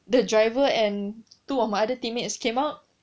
the driver and two of my other teammates came out